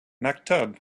maktub